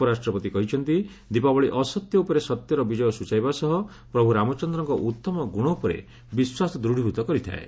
ଉପରାଷ୍ଟ୍ରପତି କହିଛନ୍ତି ଦୀପାବଳି ଅସତ୍ୟ ଉପରେ ସତ୍ୟର ବିଜୟ ସ୍ୱଚାଇବା ସହ ପ୍ରଭ୍ତ ରାମଚନ୍ଦ୍ରଙ୍କ ଉତ୍ତମ ଗ୍ରଣ ଉପରେ ବିଶ୍ୱାସ ଦୂତ୍ତୀଭୂତ କରିଥାଏ